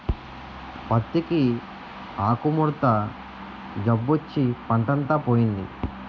పత్తికి ఆకుముడత జబ్బొచ్చి పంటంతా పోయింది